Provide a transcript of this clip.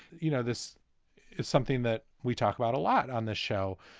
you know, this is something that we talk about a lot on this show,